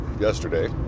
yesterday